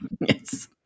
Yes